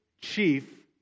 chief